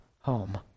home